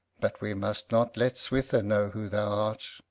but we must not let switha know who thou art,